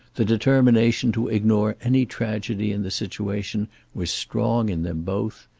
the determination to ignore any tragedy in the situation was strong in them both,